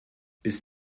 bis